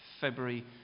February